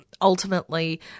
ultimately